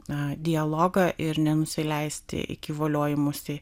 na dialogą ir nenusileisti iki voliojimosi